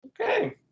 Okay